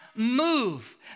move